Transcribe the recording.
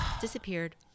Disappeared